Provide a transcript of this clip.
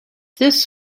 this